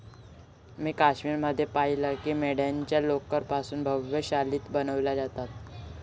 मी काश्मीर मध्ये पाहिलं की मेंढ्यांच्या लोकर पासून भव्य शाली बनवल्या जात होत्या